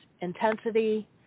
intensity